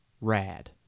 rad